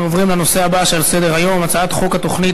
אנחנו עוברים לנושא הבא שעל סדר-היום: הצעת חוק התוכנית